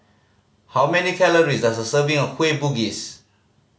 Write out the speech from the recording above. how many calories does a serving of Kueh Bugis